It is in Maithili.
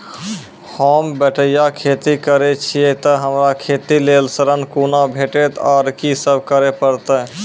होम बटैया खेती करै छियै तऽ हमरा खेती लेल ऋण कुना भेंटते, आर कि सब करें परतै?